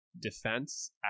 defense